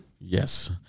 Yes